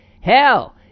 Hell